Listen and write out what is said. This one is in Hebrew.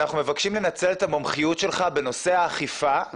אנחנו מבקשים לנצל את המומחיות שלך בנושא האכיפה,